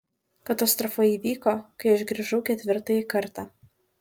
katastrofa įvyko kai aš grįžau ketvirtąjį kartą